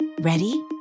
Ready